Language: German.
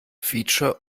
feature